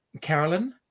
Carolyn